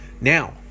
Now